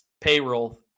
payroll